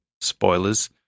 spoilers